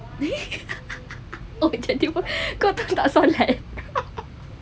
oh macam tiba kau tak solat